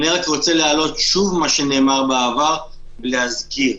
אני רק רוצה להעלות שוב מה שנאמר בעבר, ולהזכיר.